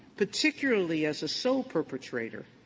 particularly as a sole perpetrator,